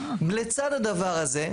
לצד הדבר הזה,